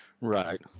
right